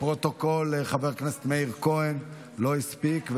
לפרוטוקול, חבר הכנסת מאיר כהן לא הספיק.